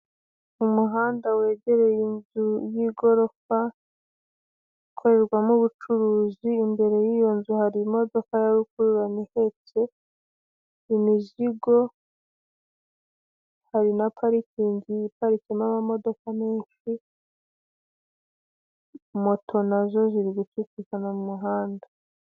Umuhanda wegereye inzu y'igorofa ikorerwamo ubucuruzi imbere y'iyo nzu hari imodoka ya rukururana ihetse imizigo hari na parikingi iparitsemo amamodoka menshi moto na zo ziri gucicikana mu muhanda.